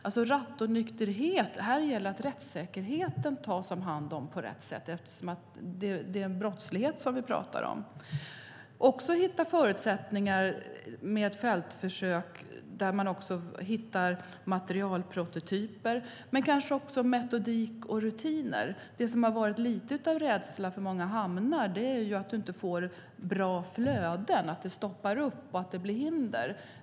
Här gäller det att värna om rättssäkerheten, eftersom det är en brottslighet som vi talar om, och att hitta förutsättningar för fältförsök och att hitta materialprototyper men kanske också metodik och rutiner. Det som har varit lite av en rädsla för många hamnar är att man inte får bra flöden, att de stoppar upp och att det blir hinder.